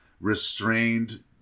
restrained